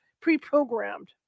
pre-programmed